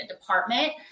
department